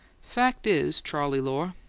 fact is, charley lohr,